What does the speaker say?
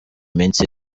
minsi